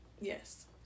Yes